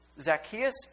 Zacchaeus